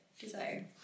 desire